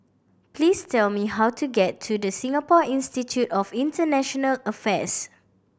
please tell me how to get to The Singapore Institute of International Affairs